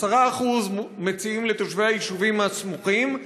10% מציעים לתושבי היישובים הסמוכים,